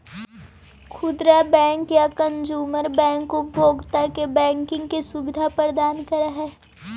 खुदरा बैंक या consumer bank उपभोक्ता के बैंकिंग के सुविधा प्रदान करऽ हइ